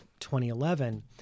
2011